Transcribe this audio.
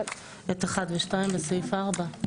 פסקה (4)